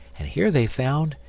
and here they found,